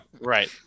right